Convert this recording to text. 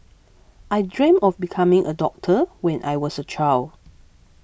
I dreamt of becoming a doctor when I was a child